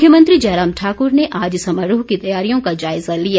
मुख्यमंत्री जयराम ठाकर ने आज समारोह की तैयारियों का जायजा लिया